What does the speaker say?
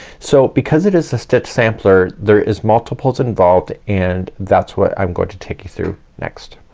so because it is a stitch sampler there is multiples involved and that's what i'm going to take you through next.